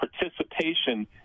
participation